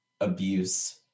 abuse